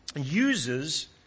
uses